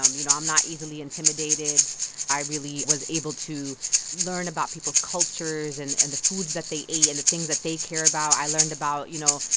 um you know, i'm not easily intimidated i really was able to learn about people's cultures and and the foods that they ate and the things that they care about. i learned about, you know,